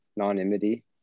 anonymity